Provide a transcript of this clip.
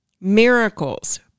miracles